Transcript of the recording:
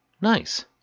Nice